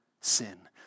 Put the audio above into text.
sin